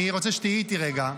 אני רוצה שתהיי איתי רגע.